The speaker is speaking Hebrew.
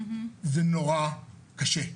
זה נורא קשה.